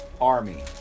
army